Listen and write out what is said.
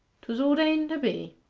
twas ordained to be.